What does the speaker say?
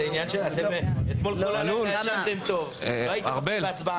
אתם אתמול בלילה ישנתם טוב, לא הייתם בהצבעה.